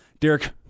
Derek